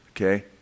okay